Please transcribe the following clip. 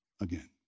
again